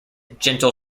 gentle